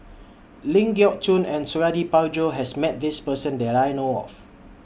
Ling Geok Choon and Suradi Parjo has Met This Person that I know of